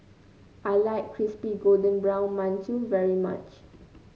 I like Crispy Golden Brown Mantou very much